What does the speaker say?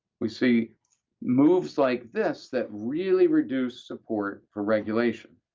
we see moves like this that really reduce support for regulation,